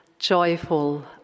joyful